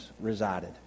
resided